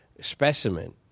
specimen